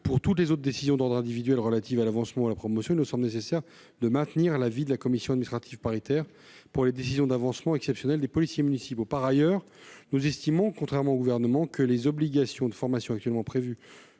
pour toutes les autres décisions d'ordre individuel relatives à l'avancement ou à la promotion, il nous semble nécessaire de maintenir l'avis de la commission administrative paritaire pour les décisions d'avancement exceptionnel des policiers municipaux. En outre, contrairement au Gouvernement, nous estimons que les obligations de formation actuellement prévues